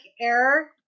error